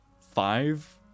five